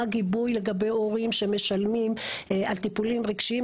מה הגיבוי לגבי הורים שמשלמים על טיפולים רגשיים.